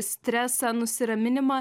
stresą nusiraminimą